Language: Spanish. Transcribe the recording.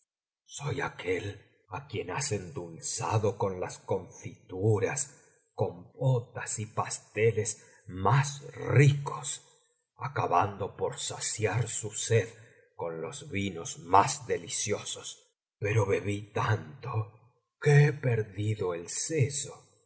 soy aquel á quien has endulzado con las confituras compotas y pasteles más ricos acabando por saciar su sed con los vinos más deliciosos pero bebí tanto que he perdido el seso